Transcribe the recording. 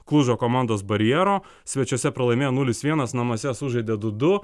klužo komandos barjero svečiuose pralaimėjo nulis vienas namuose sužaidė du du